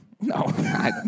No